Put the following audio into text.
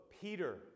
Peter